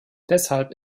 deshalb